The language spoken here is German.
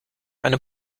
eine